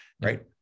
right